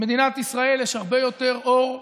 במדינת ישראל יש הרבה יותר אור מחושך,